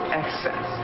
excess